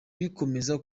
bikomeza